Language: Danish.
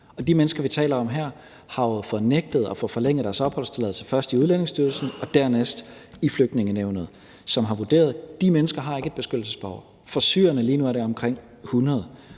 de mennesker, vi taler om her, har jo fået nægtet at få forlænget deres opholdstilladelse, først i Udlændingestyrelsen og dernæst i Flygtningenævnet, som har vurderet, at de mennesker ikke har et beskyttelsesbehov. For syrerne lige nu er det omkring 100,